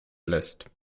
lässt